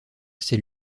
ces